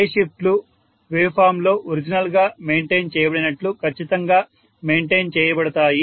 phase షిఫ్ట్లు వేవ్ఫార్మ్లో original గా మెయింటెన్ చేయబడినట్లు ఖచ్చితంగా మెయింటెయిన్ చేయబడతాయి